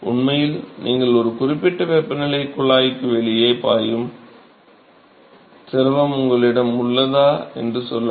உண்மையில் நீங்கள் ஒரு குறிப்பிட்ட வெப்பநிலையில் குழாய்க்கு வெளியே பாயும் திரவம் உங்களிடம் உள்ளதா என்று சொல்லலாம்